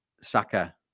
Saka